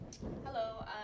Hello